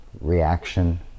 reaction